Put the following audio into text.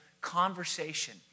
conversation